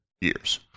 years